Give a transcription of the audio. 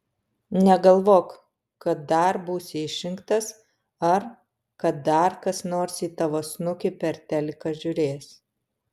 negalvok kad dar būsi išrinktas ar kad dar kas nors į tavo snukį per teliką žiūrės